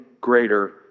greater